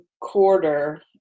quarter